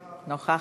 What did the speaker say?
נוכחת.